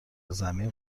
زمین